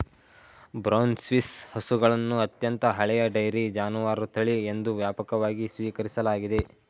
brown Swiss ಹಸುಗಳನ್ನು ಅತ್ಯಂತ ಹಳೆಯ ಡೈರಿ ಜಾನುವಾರು ತಳಿ ಎಂದು ವ್ಯಾಪಕವಾಗಿ ಸ್ವೀಕರಿಸಲಾಗಿದೆ